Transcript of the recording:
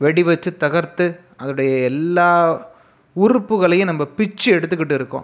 வெடி வச்சு தகர்த்து அதனுடைய எல்லா உறுப்புகளையும் நம்ப பிச்சு எடுத்துக்கிட்டு இருக்கோம்